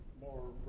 more